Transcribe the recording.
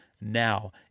now